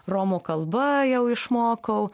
romų kalba jau išmokau